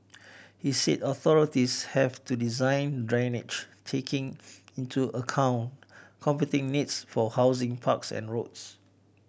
he said authorities have to design drainage taking into account competing needs for housing parks and roads